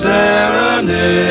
Serenade